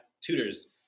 tutors